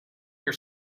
your